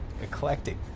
eclectic